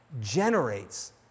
generates